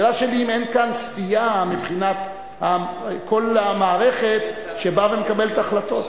השאלה שלי היא האם אין כאן סטייה מבחינת כל המערכת שבאה ומקבלת החלטות.